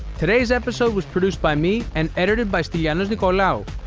today's episode was produced by me and edited by stylianos nicolaou.